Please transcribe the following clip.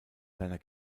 seiner